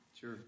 Sure